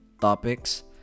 topics